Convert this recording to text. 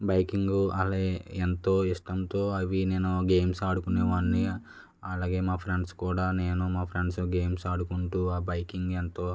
biking అలే ఎంతో ఇష్టంతో అవి నేను గేమ్స్ ఆడుకునేవాన్ని అలాగే మా ఫ్రెండ్స్ కూడా నేను మా ఫ్రెండ్స్ గేమ్స్ ఆడుకుంటూ బైకింగ్ ఎంతో